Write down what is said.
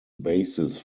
basis